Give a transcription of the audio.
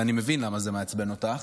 ואני מבין למה זה מעצבן אותך,